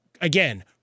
Again